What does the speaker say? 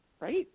right